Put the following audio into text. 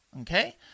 okay